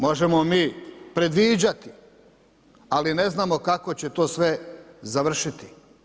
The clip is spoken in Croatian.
Možemo mi predviđati ali ne znamo kako će to sve završiti.